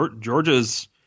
georgia's